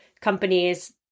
companies